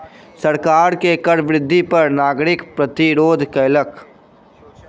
सरकार के कर वृद्धि पर नागरिक प्रतिरोध केलक